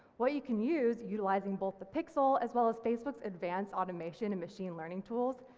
what you can use utilising both the pixel as well as facebook's advanced automation and machine learning tools,